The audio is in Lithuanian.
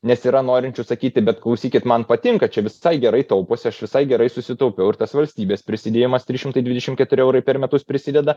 nes yra norinčių sakyti bet klausykit man patinka čia visai gerai tauposi aš visai gerai susitaupiau ir tas valstybės prisidėjimas trys šimtai dvidešimt keturi eurai per metus prisideda